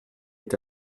est